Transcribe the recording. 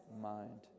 mind